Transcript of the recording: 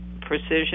precision